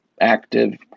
active